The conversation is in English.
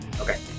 Okay